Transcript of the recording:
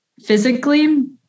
physically